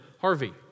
Harvey